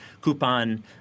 coupon